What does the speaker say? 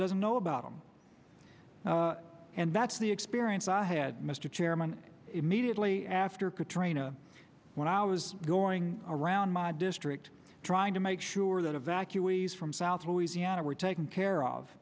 doesn't know about them and that's the experience i had mr chairman immediately after katrina when i was going around my district trying to make sure that evacuees from south louisiana were taken care of